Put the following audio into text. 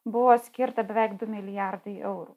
buvo skirta beveik du milijardai eurų